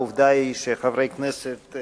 עובדה היא שחברי הכנסת,